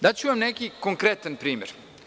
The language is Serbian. Daću vam neki konkretan primer.